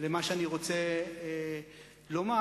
למה שאני רוצה לומר.